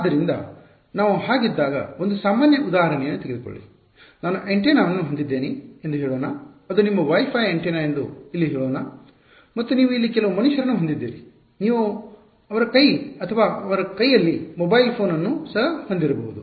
ಆದ್ದರಿಂದ ನಾವು ಹಾಗಿದ್ದಾಗ ಒಂದು ಸಾಮಾನ್ಯ ಉದಾಹರಣೆಯನ್ನು ತೆಗೆದುಕೊಳ್ಳಿ ನಾನು ಆಂಟೆನಾವನ್ನು ಹೊಂದಿದ್ದೇನೆ ಎಂದು ಹೇಳೋಣ ಅದು ನಿಮ್ಮ ವೈಫೈ ಆಂಟೆನಾ ಎಂದು ಇಲ್ಲಿ ಹೇಳೋಣ ಮತ್ತು ನೀವು ಇಲ್ಲಿ ಕೆಲವು ಮನುಷ್ಯರನ್ನು ಹೊಂದಿದ್ದೀರಿ ನೀವು ಅವನ ಕೈ ಅಥವಾ ಅವಳ ಕೈ ಯಲ್ಲಿ ಮೊಬೈಲ್ ಫೋನ್ ಅನ್ನು ಸಹ ಹೊಂದಿರಬಹುದು